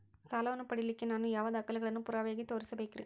ಸಾಲವನ್ನು ಪಡಿಲಿಕ್ಕೆ ನಾನು ಯಾವ ದಾಖಲೆಗಳನ್ನು ಪುರಾವೆಯಾಗಿ ತೋರಿಸಬೇಕ್ರಿ?